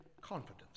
confidence